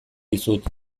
dizut